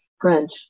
French